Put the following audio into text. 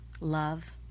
love